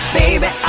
baby